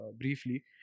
briefly